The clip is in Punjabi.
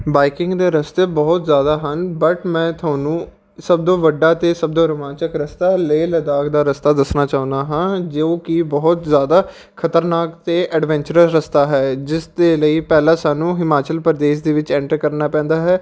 ਬਾਈਕਿੰਗ ਦੇ ਰਸਤੇ ਬਹੁਤ ਜ਼ਿਆਦਾ ਹਨ ਬਟ ਮੈਂ ਤੁਹਾਨੂੰ ਸਭ ਤੋਂ ਵੱਡਾ ਅਤੇ ਸਭ ਤੋਂ ਰੋਮਾਂਚਕ ਰਸਤਾ ਲੇਹ ਲਦਾਖ ਦਾ ਰਸਤਾ ਦੱਸਣਾ ਚਾਹੁੰਦਾ ਹਾਂ ਜੋ ਕਿ ਬਹੁਤ ਜ਼ਿਆਦਾ ਖ਼ਤਰਨਾਕ ਅਤੇ ਐਡਵੈਂਚਰਰ ਰਸਤਾ ਹੈ ਜਿਸ ਦੇ ਲਈ ਪਹਿਲਾਂ ਸਾਨੂੰ ਹਿਮਾਚਲ ਪ੍ਰਦੇਸ਼ ਦੇ ਵਿੱਚ ਐਂਟਰ ਕਰਨਾ ਪੈਂਦਾ ਹੈ